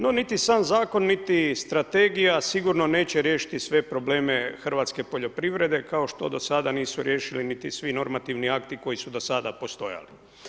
No niti sam zakon, niti strategija sigurno neće riješiti sve probleme hrvatske poljoprivrede kao što do sada nisu riješili niti svi normativni akti koji su do sada postojali.